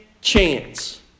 chance